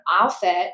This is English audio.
outfit